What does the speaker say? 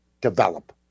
develop